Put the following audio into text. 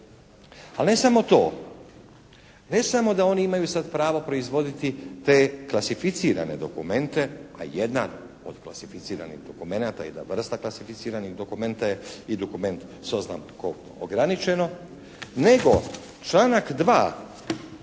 Ali ne samo to. Ne samo da oni imaju sad pravo proizvoditi te klasificirane dokumente, a jedna od klasificiranih dokumenata, jedna vrsta klasificiranih dokumenta je i dokument s oznakom ograničeno, nego članak 2.